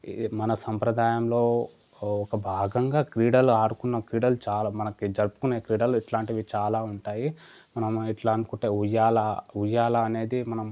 ఈ మన సంప్రదాయంలో ఒక భాగంగా క్రీడలు ఆడుకున్న క్రీడలు చాలా మనకి జరుపుకునే క్రీడలు ఇట్లాంటివి చాలా ఉంటాయి మనం ఎట్లా అనుకుంటే ఉయ్యాల ఉయ్యాల అనేది మనం